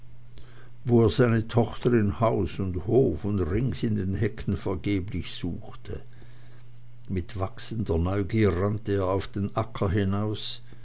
wo er seine tochter in haus und hof und rings in den hecken vergeblich suchte mit wachsender neugier rannte er auf den acker hinaus